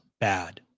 bad